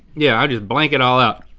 yeah, i just blank it all up.